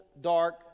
dark